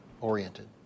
oriented